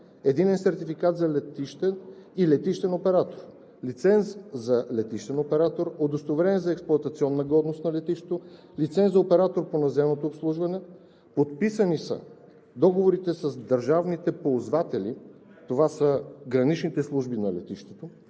единен сертификат за летище и летищен оператор; лиценз за летищен оператор; удостоверение за експлоатационна годност на летището; лиценз за оператор по наземното обслужване. Подписани са договорите с държавните ползватели – това са граничните служби на летището.